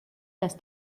dass